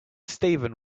steven